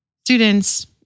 students